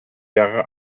jahre